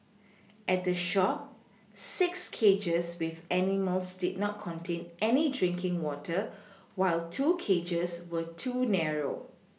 at the shop six cages with animals did not contain any drinking water while two cages were too narrow